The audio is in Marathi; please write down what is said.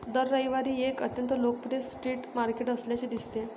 दर रविवारी एक अत्यंत लोकप्रिय स्ट्रीट मार्केट असल्याचे दिसते